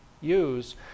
use